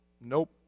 nope